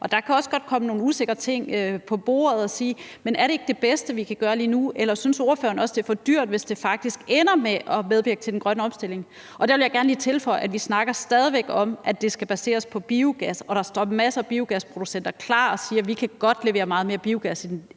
og der kan også godt komme nogle usikre ting på bordet. Men er det ikke det bedste, vi kan gøre lige nu, eller synes ordføreren også, at det er for dyrt, hvis det faktisk ender med at medvirke til den grønne omstilling? Og der vil jeg gerne lige tilføje, at vi stadig væk snakker om, at det skal baseres på biogas, og der står masser af biogasproducenter klar og siger: Vi kan godt levere meget mere biogas end i